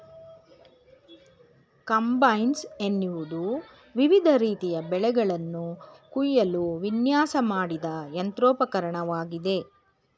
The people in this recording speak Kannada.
ಕಂಬೈನ್ಸ್ ಎನ್ನುವುದು ವಿವಿಧ ರೀತಿಯ ಬೆಳೆಗಳನ್ನು ಕುಯ್ಯಲು ವಿನ್ಯಾಸ ಮಾಡಿದ ಯಂತ್ರೋಪಕರಣವಾಗಿದೆ